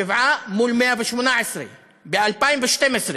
שבעה מול 118 ב-2012.